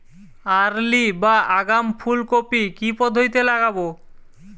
Early বা আগাম ফুল কপি কি পদ্ধতিতে লাগাবো?